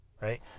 right